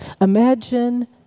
Imagine